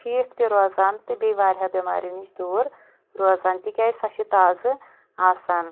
ٹھیٖک تہِ روزان تہٕ بیٚیہِ واریاہو بٮ۪مارٮ۪و نِش دوٗر روزان تِکیٛازِ سۄ چھِ تازٕ آسان